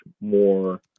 more